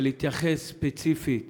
ולהתייחס ספציפית